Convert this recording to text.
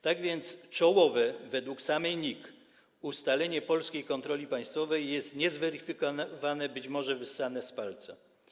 Tak więc czołowe - według samej NIK - ustalenie polskiej kontroli państwowej jest niezweryfikowane, a być może wyssane z palca.